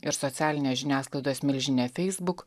ir socialinės žiniasklaidos milžinė facebook